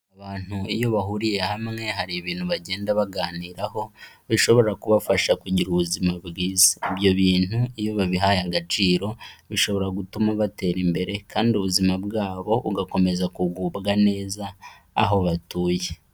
Abantu iyo bahuriye hamwe hari ibintu bagenda baganiraho, bishobora kubafasha kugira ubuzima bwiza, ibyo bintu iyo babihaye agaciro bishobora gutuma batera imbere kandi ubuzima bwabo bugakomeza kugubwa neza aho batuye.